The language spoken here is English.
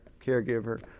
caregiver